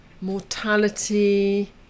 mortality